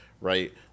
right